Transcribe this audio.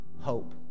hope